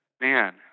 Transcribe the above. Man